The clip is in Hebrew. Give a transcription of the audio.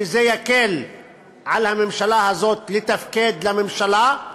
שזה יקל על הממשלה הזאת לתפקד כממשלה,